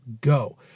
go